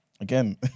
Again